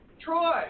Troy